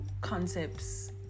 concepts